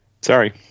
Sorry